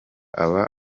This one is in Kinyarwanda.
aba